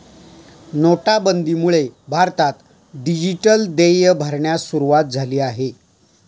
नोटाबंदीमुळे भारतात डिजिटल देय भरण्यास सुरूवात झाली